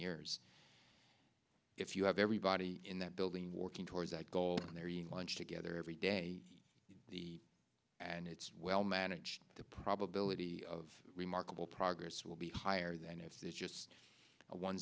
years if you everybody in that building working towards that goal and they're eating lunch together every day the and it's well managed the probability of remarkable progress will be higher than if there's just one